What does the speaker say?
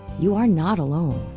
you are not alone.